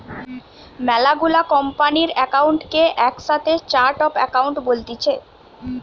মেলা গুলা কোম্পানির একাউন্ট কে একসাথে চার্ট অফ একাউন্ট বলতিছে